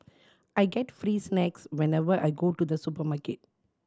I get free snacks whenever I go to the supermarket